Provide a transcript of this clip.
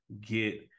get